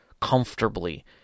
comfortably